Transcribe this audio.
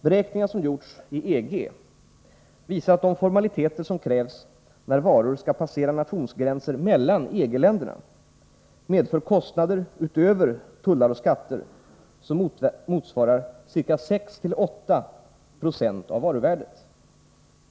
Beräkningar som gjorts i EG visar att de formaliteter som krävs när varor skall passera nationsgränser mellan EG-länderna medför kostnader utöver tullar och skatter som motsvarar ca 6-8 96 av varuvärdet.